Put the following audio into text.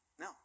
No